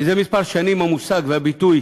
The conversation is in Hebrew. זה כמה שנים המושג והביטוי